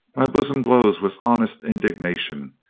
my bosom glows with honest indignation,